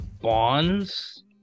Bonds